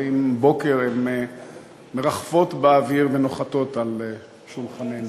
ועם בוקר הן מרחפות באוויר ונוחתות על שולחננו.